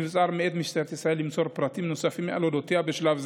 נבצר ממשטרת ישראל למסור פרטים נוספים על אודותיה בשלב זה.